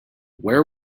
where